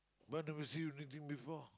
but it was you you did before